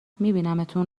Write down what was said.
میبینمتون